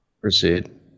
Proceed